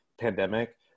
pandemic